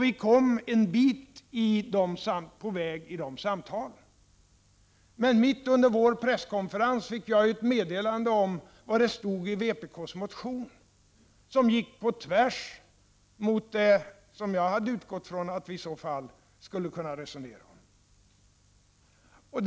Vi kom en bit på vägen i de samtalen. Men mitt under vår presskonferens fick jag ett meddelande om innehållet i vpk:s motion, vilket gick på tvärs mot det som jag hade utgått från att vi skulle kunna resonera om.